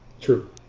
true